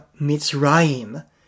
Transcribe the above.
Mitzrayim